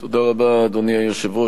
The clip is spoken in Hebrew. אדוני היושב-ראש,